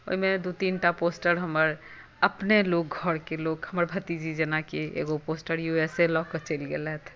ओहिमे दू तीनटा पोस्टर हमर अपने लोक घरके लोक हमर भतीजी जेनाकि एगो पोस्टर यू एस ए लऽ कऽ चलि गेलथि